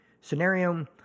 scenario